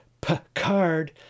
Picard